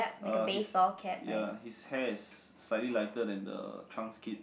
uh his ya his hair is slightly lighter than the trunk's kit